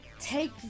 take